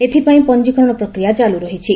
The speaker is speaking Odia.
ଏଥିପାଇଁ ପଞ୍ଜୀକରଣ ପ୍ରକ୍ରିୟା ଚାଲୁ ରହିଛି